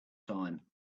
time